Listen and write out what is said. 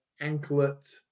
anklet